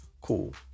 Cool